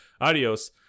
adios